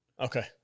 okay